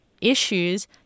issues